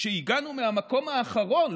שהגענו מהמקום האחרון,